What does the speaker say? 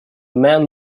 man